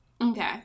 Okay